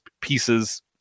pieces